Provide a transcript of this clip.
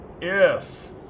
If